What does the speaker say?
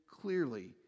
clearly